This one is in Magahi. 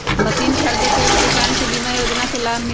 मशीन खरीदे ले किसान के बीमा योजना के लाभ मिली?